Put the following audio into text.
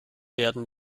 werden